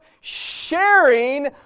sharing